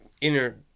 inner